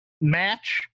match